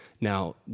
Now